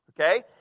Okay